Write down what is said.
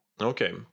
okay